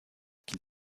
qu’il